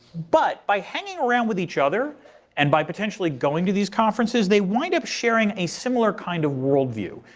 but by hanging around with each other and by potentially going to these conferences, they wind up sharing a similar kind of world view.